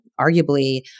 arguably